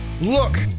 Look